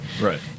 Right